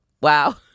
Wow